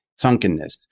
sunkenness